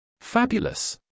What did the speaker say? Fabulous